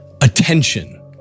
attention